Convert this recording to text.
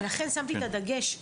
ולכן שמתי את הדגש,